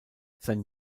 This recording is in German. sein